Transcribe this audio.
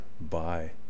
Bye